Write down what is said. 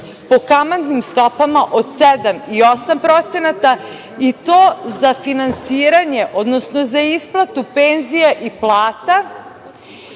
po kamatnim stopama od 7% i 8% i to za finansiranje, odnosno za isplatu penzija i plata